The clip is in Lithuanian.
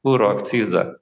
kuro akcizą